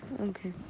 Okay